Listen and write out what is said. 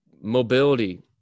mobility